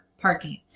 parking